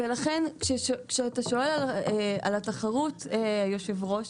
ולכן, כשאתה שואל על התחרות, היושב-ראש,